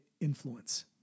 influence